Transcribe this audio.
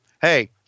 Hey